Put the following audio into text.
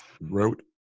wrote